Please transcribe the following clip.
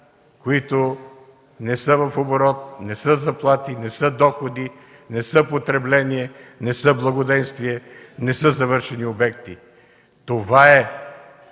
които не са в оборот, не са заплати, не са доходи, не са потребление, не са благоденствие, не са завършени обекти. Това е